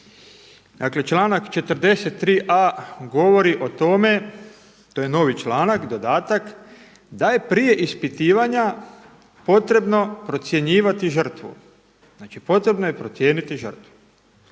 Dakle članak 43.a govori o tome, to je novi članak, dodatak da je prije ispitivanja potrebno procjenjivati žrtvu. Znači potrebno je procijeniti žrtvu.